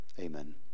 Amen